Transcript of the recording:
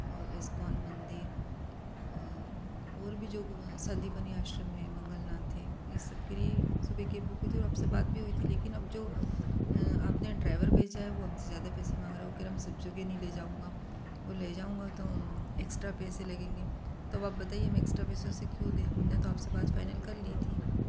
और इस्कॉन मंदिर और और भी जो संदीपनि आश्रम है मंगलनाथ है इन सबके लिए सुबह कैब बुक हुई थी और आपसे बात भी हुई थी लेकिन अब जो आपने ड्राइवर भेजा है वो हमसे ज्यादा पैसे मांग रहा है वो कह रहा मैं सब जगह नहीं ले जाऊँगा और ले जाऊँगा तो एक्स्ट्रा पैसा लगेंगे अब आप बताइए हम एक्स्ट्रा पैसे उसे क्यों दे हमनें तो आपसे बात फाइनल कर ली थी